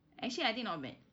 actually I think not bad